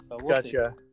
Gotcha